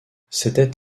c’était